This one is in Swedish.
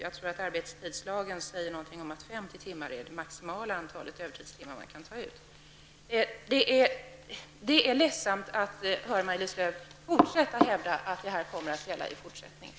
Jag tror att arbetstidslagen säger något om att 50 timmar är det maximala antalet övertidstimmar som man får ta ut. Det är ledsamt att höra Maj-Lis Lööw fortsätta att hävda att detta system kommer att gälla i fortsättningen.